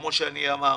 כמו שאמרתי,